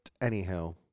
anyhow